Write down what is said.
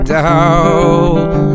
down